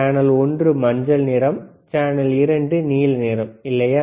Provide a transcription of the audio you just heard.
channel ஒன்று மஞ்சள் நிறம் சேனல் 2 நீல நிறம் இல்லையா